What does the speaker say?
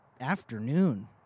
afternoon